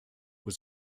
was